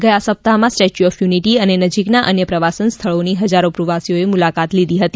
ગયા સપ્તાહમાં statue of unity અને નજીકના અન્ય પ્રવાસન સ્થળોની હજારો પ્રવાસીઓ મુલાકાત લીધી હતી